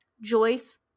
Joyce